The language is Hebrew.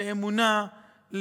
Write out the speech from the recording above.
לאמונה,